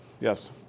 Yes